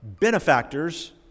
benefactors